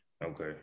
Okay